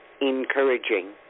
encouraging